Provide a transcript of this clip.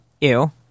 Ew